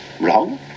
Wrong